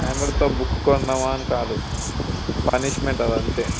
five హండ్రెడ్తో book కొన్నామా అని కాదు పనిష్మెంట్ అది అంతే